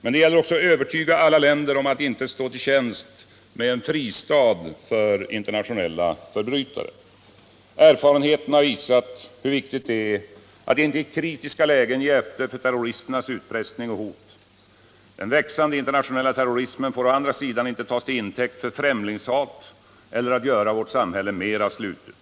Men det gäller också att övertala alla länder att inte stå till tjänst med en fristad för internationella förbrytare. Erfarenheten har visat hur viktigt det är att inte i kritiska lägen ge efter för terroristers utpressning och hot. Den växande internationella terrorismen får å andra sidan inte tas till intäkt för främlingshat eller för att göra vårt samhälle mera slutet.